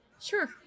Sure